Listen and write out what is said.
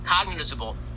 cognizable